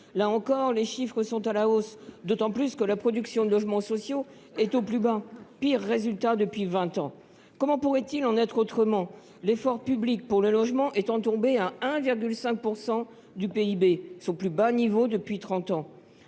Là encore, les chiffres sont à la hausse, d’autant plus que la production de logements sociaux est au plus bas depuis vingt ans. Comment pourrait il en être autrement ? L’effort public en faveur du logement est tombé à 1,5 % du PIB, son plus bas niveau depuis trente